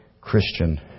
Christian